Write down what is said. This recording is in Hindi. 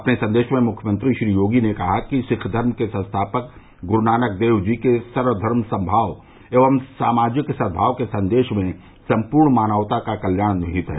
अपने सन्देश में मुख्यमंत्री श्री योगी ने कहा कि सिख धर्म के संस्थापक गुरु नानक देव जी के सर्व धर्म सममाव एवं सामाजिक सदभाव के सन्देश में सम्पूर्ण मानवता का कल्याण निहित है